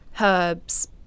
herbs